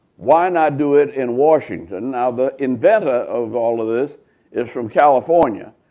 why not do it in washington? now, the inventor of all of this is from california.